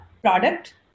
product